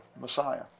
Messiah